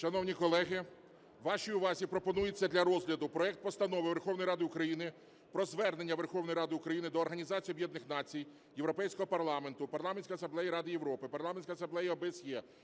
Шановні колеги, ваші увазі пропонується для розгляду проект Постанови Верховної Ради України про Звернення Верховної Ради України до Організації Об'єднаних Націй, Європейського Парламенту, Парламентської Асамблеї Ради Європи, Парламентської Асамблеї ОБСЄ,